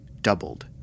doubled